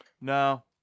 No